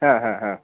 हा हा हा